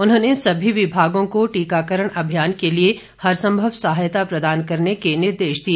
उन्होंने सभी विभागों को टीकाकरण अभियान के लिए हर संभव सहायता प्रदान करने के निर्देश दिए